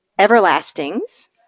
Everlastings